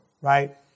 right